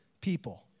people